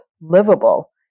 livable